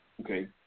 Okay